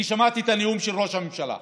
אני שמעתי את הנאום של ראש הממשלה.